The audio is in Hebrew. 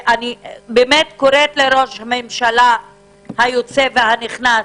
אני קוראת לראש הממשלה היוצא והנכנס